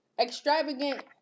extravagant